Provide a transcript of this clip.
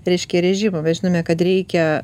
reiškia režimą mes žinome kad reikia